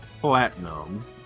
platinum